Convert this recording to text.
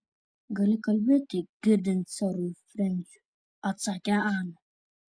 gali kalbėti girdint serui frensiui atsakė ana